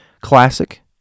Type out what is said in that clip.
classic